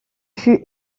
fut